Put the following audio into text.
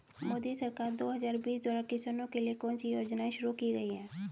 मोदी सरकार दो हज़ार बीस द्वारा किसानों के लिए कौन सी योजनाएं शुरू की गई हैं?